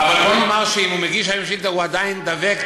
אבל בוא נאמר שאם הוא מגיש היום שאילתה הוא עדיין דבק,